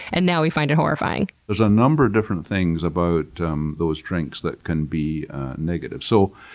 and now we find it horrifying. there's a number of different things about um those drinks that can be negative. so,